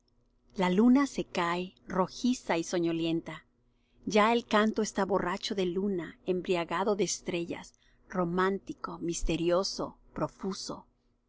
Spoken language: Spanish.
la luna se cae rojiza y soñolienta ya el canto está borracho de luna embriagado de estrellas romántico misterioso profuso